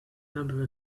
number